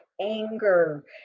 anger